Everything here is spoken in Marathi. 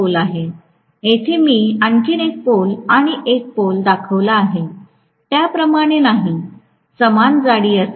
मी येथे आणखी एक पोल आणि एक पोल दाखविला आहे त्याप्रमाणे नाही समान जाडी असेल